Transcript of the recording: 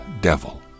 devil